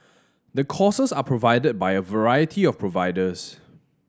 the courses are provided by a variety of providers